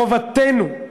חובתנו,